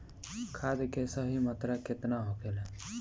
खाद्य के सही मात्रा केतना होखेला?